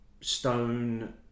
stone